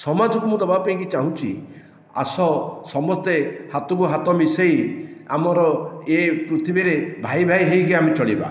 ସମାଜକୁ ମୁଁ ଦେବା ପାଇଁ ଚାହୁଁଛି ଆସ ସମସ୍ତେ ହାତକୁ ହାତ ମିଶେଇ ଆମର ଏ ପୃଥିବୀରେ ଭାଈ ଭାଈ ହୋଇକି ଆମେ ଚଳିବା